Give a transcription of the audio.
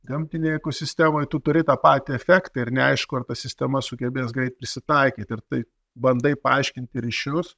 gamtinėj ekosistemoj tu turi tą patį efektą ir neaišku ar ta sistema sugebės greit prisitaikyt ir tai bandai paaiškinti ryšius